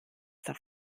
auf